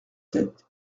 sept